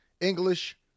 English